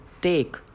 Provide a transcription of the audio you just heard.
take